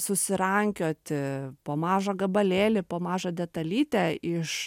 susirankioti po mažą gabalėlį po mažą detalytę iš